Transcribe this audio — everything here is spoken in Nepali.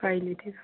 अहिले